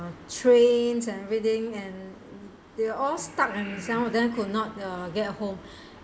trains and everything and they all stuck at town then could not get home